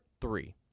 three